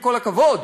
כל הכבוד,